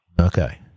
Okay